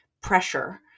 pressure